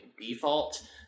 default